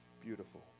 beautiful